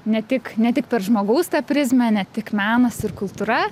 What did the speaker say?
ne tik ne tik per žmogaus prizmę ne tik menas ir kultūra